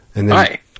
Hi